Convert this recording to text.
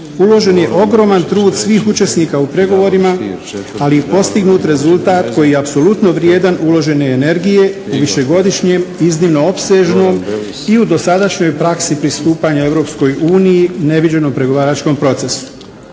uložen je ogroman trud svih učesnika u pregovorima, ali i postignut rezultat koji je apsolutno vrijedan uložene energije, višegodišnjem iznimno opsežnom i u dosadašnjoj praksi pristupanja EU neviđenom pregovaračkom procesu.